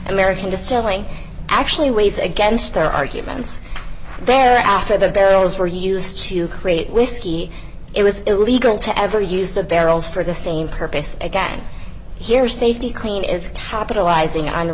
american distilling actually weighs against their arguments there after the barrels were used to create whiskey it was illegal to ever use the barrels for the same purpose again here safety clean is capitalizing on the